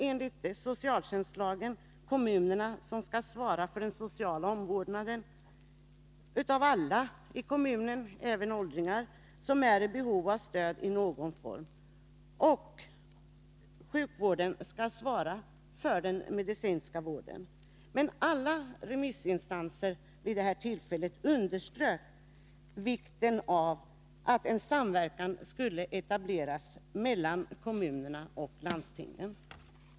Enligt socialtjänstlagen skall kommunerna svara för den sociala omvårdnaden av alla i kommunen, även åldringar, som är i behov av stöd i någon form, och sjukvården skall svara för den medicinska vården. Men alla remissinstanser underströk vikten av att en samverkan etableras mellan kommunerna och landstingen.